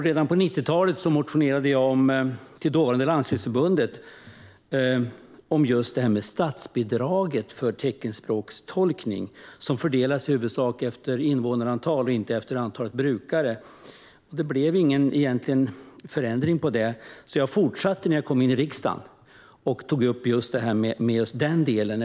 Redan på 90-talet skrev jag en motion till dåvarande Landstingsförbundet om statsbidraget för teckenspråkstolkning som i huvudsak fördelades utifrån invånarantal och inte utifrån antalet brukare. Det blev egentligen ingen förändring av detta så jag fortsatte ta upp den delen när jag kom in i riksdagen.